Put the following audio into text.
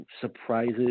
surprises